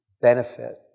benefit